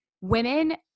Women